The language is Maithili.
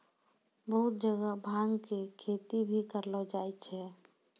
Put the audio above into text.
बहुत जगह भांग के खेती भी करलो जाय छै